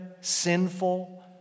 sinful